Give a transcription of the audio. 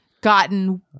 gotten